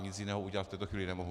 Nic jiného udělat v tuto chvíli nemohu.